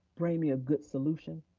bring me a good solution.